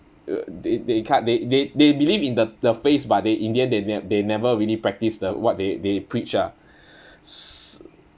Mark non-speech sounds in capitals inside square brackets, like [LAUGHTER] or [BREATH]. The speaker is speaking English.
[NOISE] they they cut they they they believe in the the face but they in the end they they never really practise the what they they preach ah [BREATH] s~